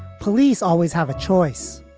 police always have a choice,